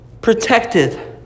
protected